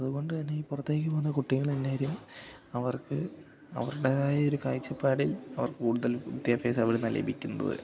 അതുകൊണ്ടുതന്നെ ഈ പുറത്തേക്കു പോകുന്ന കുട്ടികളെല്ലാവരും അവർക്ക് അവരുടേതായ ഒരു കാഴ്ചപ്പാടിൽ അവർ കൂടുതൽ വിദ്യാഭ്യാസം അവിടെനിന്നാണു ലഭിക്കുന്നത്